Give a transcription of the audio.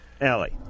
Ellie